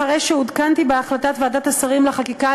אחרי שעודכנתי בהחלטת ועדת השרים לחקיקה